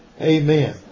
Amen